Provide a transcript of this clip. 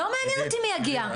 לא מעניין אותי מי יגיע.